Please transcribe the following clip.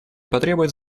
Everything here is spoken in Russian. потребует